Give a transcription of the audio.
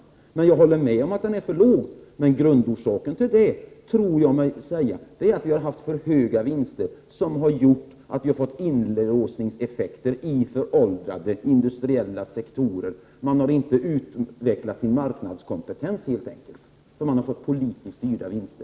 Jag kan dock hålla med om att 31 maj 1989 ökningstakten är för låg. Men grundorsaken tror jag mig känna till, nämligen att de alltför stora vinsterna har gjort att vi fått inlåsningseffekter i föråldrade industriella sektorer. Marknadskompetensen har helt enkelt inte utvecklats. Det har varit fråga om politiskt styrda vinster.